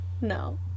No